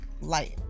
light